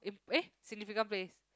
eh significant place